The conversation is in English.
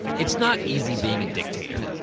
it's not easy being a dictator.